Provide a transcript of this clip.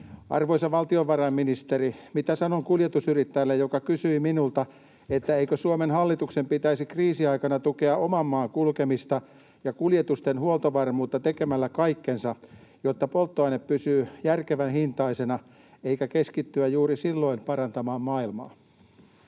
Arvoisa valtiovarainministeri, mitä sanon kuljetusyrittäjälle, joka kysyi minulta, eikö Suomen hallituksen pitäisi kriisiaikana tukea oman maan kulkemista ja kuljetusten huoltovarmuutta tekemällä kaikkensa, jotta polttoaine pysyy järkevän hintaisena, eikä keskittyä juuri silloin parantamaan maailmaa?